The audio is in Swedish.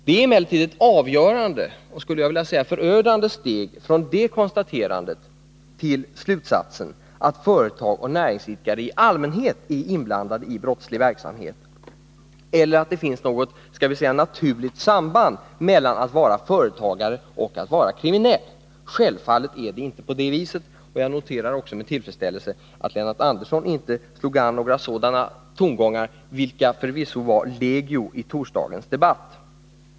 Det är emellertid ett avgörande och, skulle jag vilja säga, förödande steg från det konstaterandet till slutsatsen att företag och näringsidkare i allmänhet är inblandade i brottslig verksamhet eller att det finns något, skall vi säga naturligt, samband mellan att vara företagare och att vara kriminell. Självfallet är det inte på det viset. Jag noterar också med tillfredsställelse att Lennart Andersson inte slog an sådana tongångar, vilka förvisso var legio i torsdagens debatt.